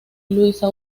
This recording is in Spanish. luisa